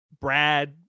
Brad